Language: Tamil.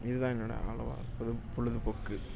இதுதான் என்னோடய பொழுது பொழுதுபோக்கு